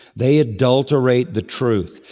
they adulterate the truth.